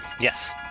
yes